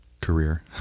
Career